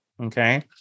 Okay